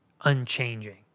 unchanging